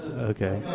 Okay